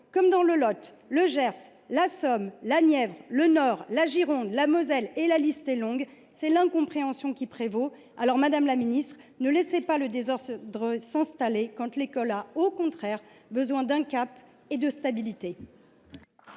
comme dans le Lot, le Gers, la Somme, la Nièvre, le Nord, la Gironde, la Moselle – la liste est longue –, c’est l’incompréhension qui prévaut. Madame la ministre, ne laissez pas le désordre s’installer quand l’école a besoin, au contraire, d’un cap et de stabilité.